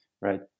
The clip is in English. right